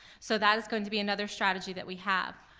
so that is going to be another strategy that we have.